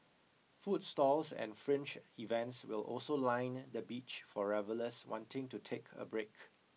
food stalls and fringe events will also line the beach for revellers wanting to take a break